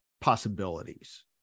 possibilities